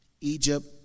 Egypt